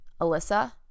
Alyssa